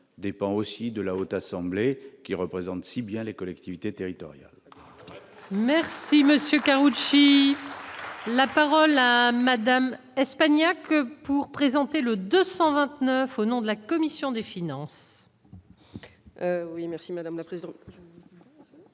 dépend aussi de la haute assemblée qui représente si bien les collectivités territoriales. Merci monsieur Karoutchi la parole à madame. Espagnac pour présenter le 229 au nom de la commission des finances.